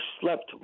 slept